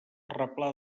replà